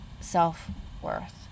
self-worth